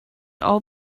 all